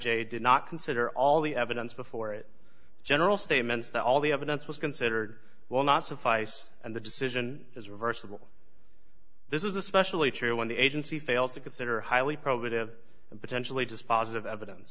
j did not consider all the evidence before it general statements that all the evidence was considered will not suffice and the decision is reversible this is especially true when the agency fails to consider highly probative and potentially dispositive evidence